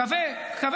פיצלתם את העם.